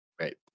Right